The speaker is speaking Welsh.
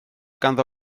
ganddo